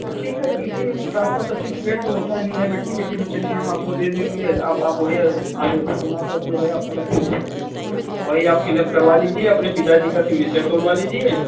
तो ठीक है टी सी ट्रांसफर सर्टिफिकेट तो होता ही है बेटी लेकिन हम चलिए हम आपको दे देंगे आप आप वहीं आगे प्रमाणपत्र जो है आपको बता देंगे वही आप फिलअप करवा लीजिए अपने पिता जी का सिग्नेचर करवा लीजिए